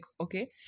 okay